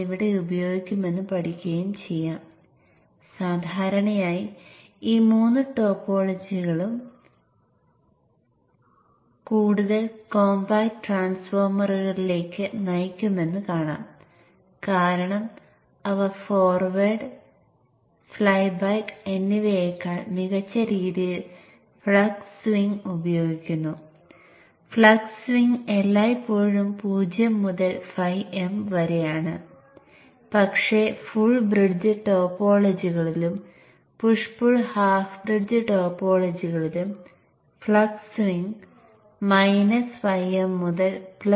എനിക്ക് സാമാന്യത നഷ്ടപ്പെടാതെ BJT കളെ MOSFET ആക്കി മാറ്റാൻ സാധിച്ചു